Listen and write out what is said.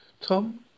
Tom